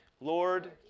Lord